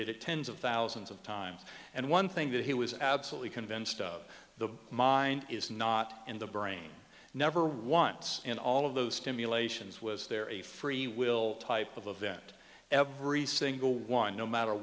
did it tens of thousands of times and one thing that he was absolutely convinced of the mind is not in the brain never once in all of those stimulations was there a free will type of event every single one no matter